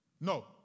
No